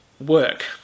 Work